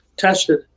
Tested